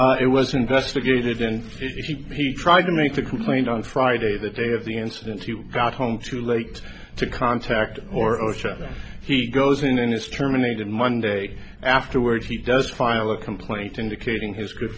said it was investigated and fifty p tried to make the complaint on friday the day of the incident you got home too late to contact or osha he goes in and is terminated monday afterwards he does file a complaint indicating his good